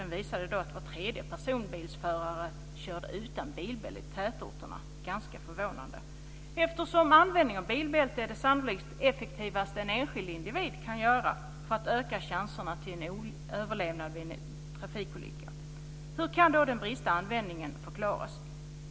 Den visade att var tredje personbilsförare körde utan bilbälte i tätorterna. Det är ganska förvånande. Eftersom användning av bilbälte är det sannolikt effektivaste som en enskild individ kan göra för att öka chanserna till överlevnad vid en trafikolycka, hur kan då den bristande användningen förklaras?